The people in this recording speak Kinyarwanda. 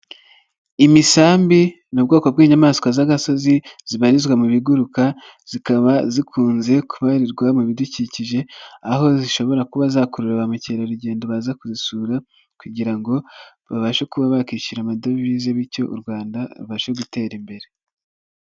Imisambi ni ubwoko bw'inyamaswa z'agasozi zibarizwa mu biguruka, zikaba zikunze kubarirwa mu bidukikije, aho zishobora kuba zakorerara ba mukerarugendo baza kuzisura kugira ngo babashe kuba bakishyura amadovize, bityo u Rwanda rubashe gutera imbere.